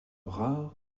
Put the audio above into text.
rare